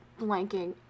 blanking